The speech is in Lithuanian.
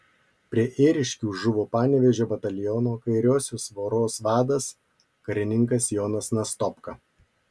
prie ėriškių žuvo panevėžio bataliono kairiosios voros vadas karininkas jonas nastopka